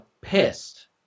pissed